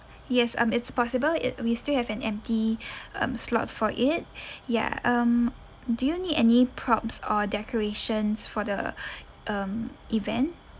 yes um it's possible uh we still have an empty um slots for it ya um do you need any props or decorations for the um event